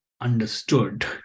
understood